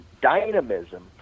dynamism